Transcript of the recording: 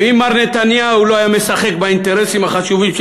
ואם מר נתניהו לא היה משחק באינטרסים של המדינה,